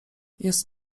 jest